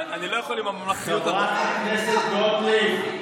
חברת הכנסת גוטליב,